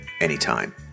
anytime